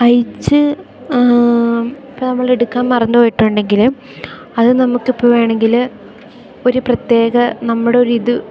അയച്ചു ഇപ്പോൾ നമ്മളെടുക്കാൻ മറന്നു പോയിട്ടുണ്ടെങ്കിൽ അത് നമുക്കിപ്പോൾ വേണമെങ്കിൽ ഒരു പ്രത്യേക നമ്മുടൊരിത്